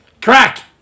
Crack